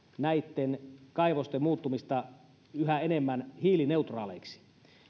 näitten kaivosten muuttumista yhä enemmän hiilineutraaleiksi